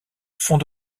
fond